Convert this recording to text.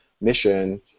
mission